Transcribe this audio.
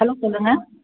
hello சொல்லுங்க